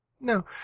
No